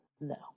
No